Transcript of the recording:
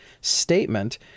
statement